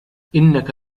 إنك